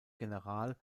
general